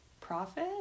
profit